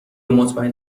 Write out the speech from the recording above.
مطمئن